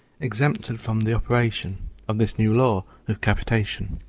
exempted from the operation of this new law of capitation.